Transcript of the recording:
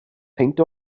peint